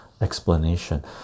explanation